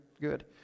good